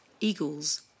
eagles